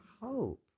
hope